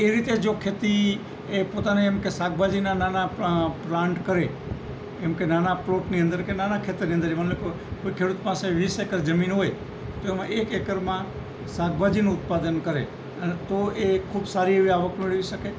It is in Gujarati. એ રીતે જો ખેતી એ પોતાને એમ કે શાકભાજીના નાના પ્લાન્ટ કરે એમકે નાના પ્લોટની અંદર કે નાના ખેતરની અંદર એ માની લ્યો કે કોઈ ખેડૂત પાસે વીસ એકર જમીન હોય તો એમાં એક એકરમાં શાકભાજીનું ઉત્પાદન કરે અને તો એ ખૂબ સારી એવી આવક મેળવી શકે